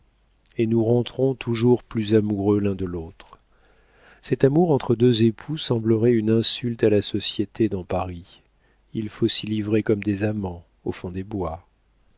et nous rentrons toujours plus amoureux l'un de l'autre cet amour entre deux époux semblerait une insulte à la société dans paris il faut s'y livrer comme des amants au fond des bois